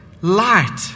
light